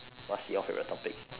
what's your favorite topic